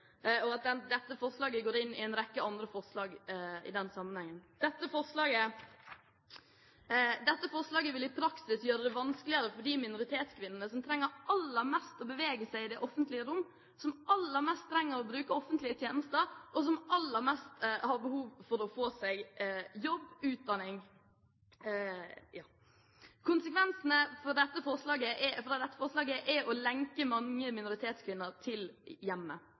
og at dette forslaget går inn i en rekke andre forslag i den sammenhengen. Dette forslaget vil i praksis gjøre det vanskeligere for de minoritetskvinnene som aller mest trenger å bevege seg i det offentlige rom, som aller mest trenger å bruke offentlige tjenester, og som aller mest har behov for å få seg jobb og utdanning. Konsekvensene av dette forslaget er å lenke mange minoritetskvinner til hjemmet.